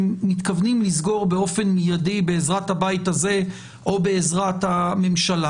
מתכוונים לסגור באופן מיידי בעזרת הבית הזה או בעזרת הממשלה?